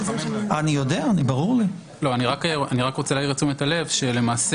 אני רוצה להעיר את תשומת הלב שלמעשה